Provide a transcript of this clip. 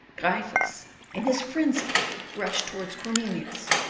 gryphus in his frenzy rushed towards cornelius,